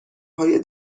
های